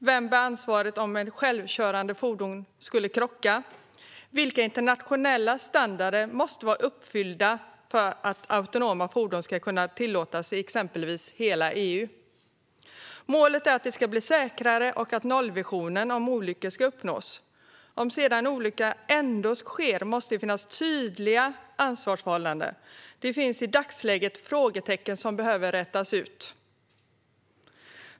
Vem bär ansvaret om ett självkörande fordon krockar? Vilka internationella standarder måste vara uppfyllda för att autonoma fordon ska kunna tillåtas i exempelvis hela EU? Målet är att det ska bli säkrare och att nollvisionen om olyckor ska uppnås. Om sedan en olycka ändå sker måste det finnas tydliga ansvarsförhållanden. I dagsläget finns det frågetecken som behöver rätas ut.